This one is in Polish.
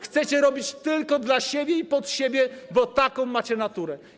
Chcecie robić tylko dla siebie i pod siebie, bo taką macie naturę.